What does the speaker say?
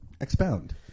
expound